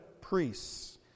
priests